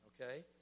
okay